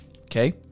Okay